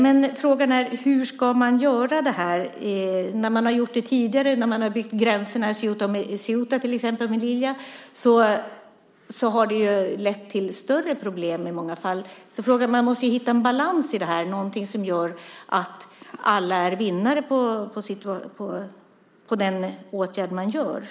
Men frågan är hur man ska göra det. De gränser som har byggts tidigare, till exempel i Ceuta och Melilla, har lett till större problem. Man måste hitta en balans här, något som gör att alla blir vinnare på den åtgärd man vidtar.